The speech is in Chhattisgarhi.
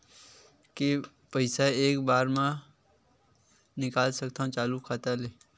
के पईसा एक बार मा मैं निकाल सकथव चालू खाता ले?